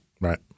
Right